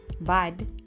bad